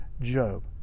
Job